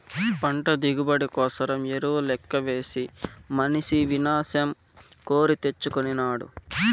పంట దిగుబడి కోసరం ఎరువు లెక్కవేసి మనిసి వినాశం కోరి తెచ్చుకొనినాడు